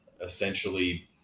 essentially